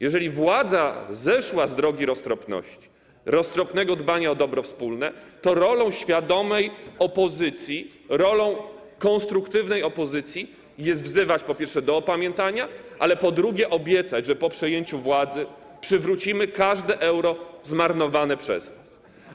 Jeżeli władza zeszła z drogi roztropności, roztropnego dbania o dobro wspólne, to rolą świadomej opozycji, rolą konstruktywnej opozycji jest wzywać, po pierwsze, do opamiętania, a także obiecać, po drugie, że po przejęciu władzy przywrócimy każde zmarnowane przez was euro.